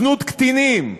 זנות קטינים,